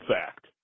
fact